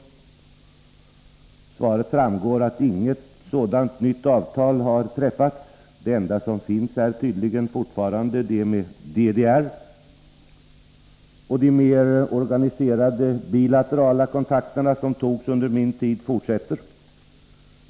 Av svaret framgår att inget nytt sådant avtal har träffats — det som finns med DDR är tydligen fortfarande det enda — och att de mer organiserade bilaterala kontakter som togs under min tid fortsätter.